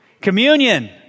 Communion